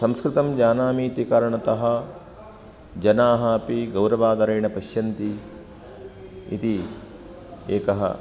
संस्कृतं जानामि इति कारणतः जनाः अपि गौरवादरेण पश्यन्ति इति एकः